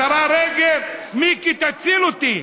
השרה רגב: מיקי, תציל אותי.